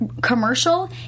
commercial